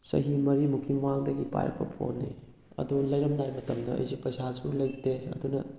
ꯆꯍꯤ ꯃꯔꯤꯃꯨꯛꯀꯤ ꯃꯃꯥꯡꯗꯒꯤ ꯄꯥꯏꯔꯛꯄ ꯐꯣꯟꯅꯤ ꯑꯗꯨ ꯂꯩꯔꯝꯗꯥꯏ ꯃꯇꯝꯗ ꯑꯩꯁꯦ ꯄꯩꯁꯥꯁꯨ ꯂꯩꯇꯦ ꯑꯗꯨꯅ